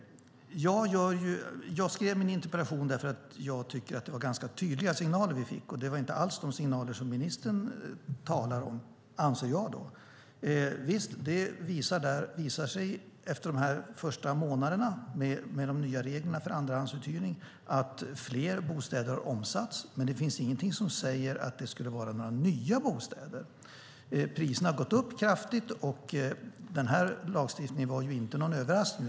Jag skrev min interpellation eftersom jag tyckte att vi fick ganska tydliga signaler. Det var inte alls de signaler som ministern talar om, anser jag. Visst, det visar sig efter de första månaderna med de nya reglerna för andrahandsuthyrning att fler bostäder omsatts, men det finns ingenting som säger att det skulle vara fråga om nya bostäder. Priserna har gått upp kraftigt. Lagstiftningen var ju ingen överraskning.